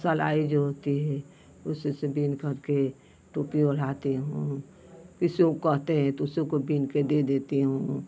सिलाई जो होती है उसी से बुनकर के टोपी ओहलाती हूँ किसी ऊ कहते हैं तो उसी को बुनकर दे देती हूँ